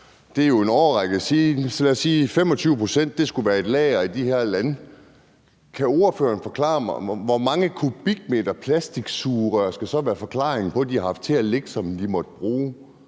lad os sige, at 25 pct. af det skulle ligge på lager i de her lande. Kan ordføreren forklare mig, hvor mange kubikmeter plastiksugerør de så har haft til at ligge, som de måtte bruge,